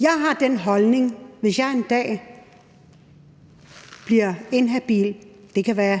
Jeg har den holdning, at hvis jeg en dag bliver inhabil – det kan være